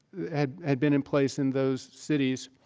had had been in place in those cities.